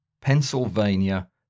Pennsylvania